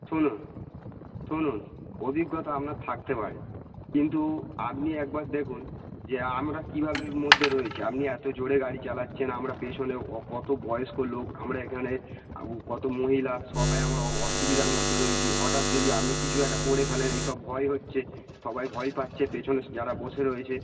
শুনুন শুনুন অভিজ্ঞতা আপনার থাকতে পারে কিন্তু আপনি একবার দেখুন যে আমরা কী ভাবের মধ্যে রয়েছি আপনি এত জোরে গাড়ি চালাচ্ছেন আমরা পেছনে অ কত বয়স্ক লোক আমরা এখানে কত মহিলা সবাই আমরা অ অসুবিধার মধ্যে রয়েছি হঠাৎ যদি আপনি কিছু একটা করে ফেলেন এই সব ভয় হচ্ছে সবাই ভয় পাচ্ছে পেছনে স যারা বসে রয়েছে